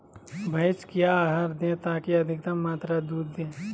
भैंस क्या आहार दे ताकि अधिक मात्रा दूध दे?